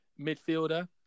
midfielder